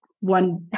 one